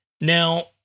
Now